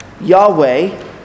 Yahweh